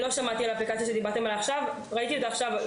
ראיתי עכשיו את האפליקציה עליהם אתם מדברים,